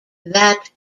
that